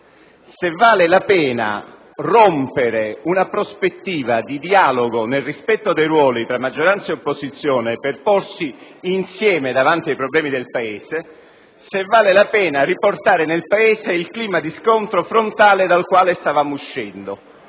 valga la pena di rompere una prospettiva di dialogo nel rispetto dei ruoli tra maggioranza ed opposizione ponendosi insieme davanti ai problemi dell'Italia e riportare nel Paese il clima di scontro frontale dal quale stavamo uscendo.